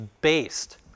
based